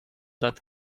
that